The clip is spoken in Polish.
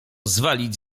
zwalić